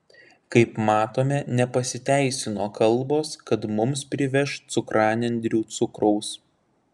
kaip matome nepasiteisino kalbos kad mums priveš cukranendrių cukraus